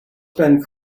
spend